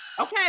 Okay